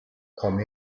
come